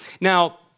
Now